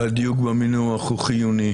והדיוק במינוח חיוני,